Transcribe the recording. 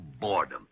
boredom